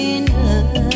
enough